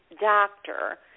doctor